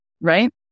right